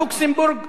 לוקסמבורג,